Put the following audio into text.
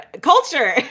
culture